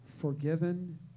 forgiven